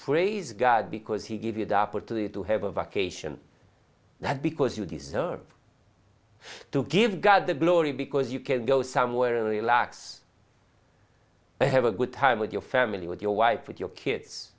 praise god because he give you the opportunity to have a vocation that because you deserve to give god the glory because you can go somewhere in the last to have a good time with your family with your wife with your kids